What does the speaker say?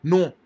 Non